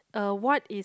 uh what is